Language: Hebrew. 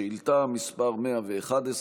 שאילתה מס' 111,